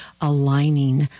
aligning